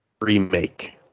remake